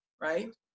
right